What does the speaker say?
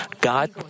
God